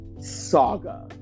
saga